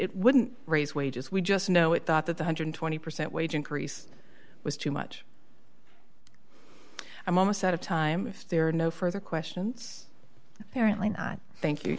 it wouldn't raise wages we just know it thought that the one hundred and twenty percent wage increase was too much i'm almost out of time if there are no further questions apparently thank you